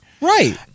Right